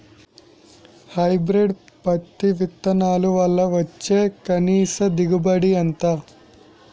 Hybrid పత్తి విత్తనాలు వల్ల వచ్చే కనీస దిగుబడి ఎంత?